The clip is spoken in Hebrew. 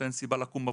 נותנת סיבה לקום בבוקר.